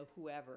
whoever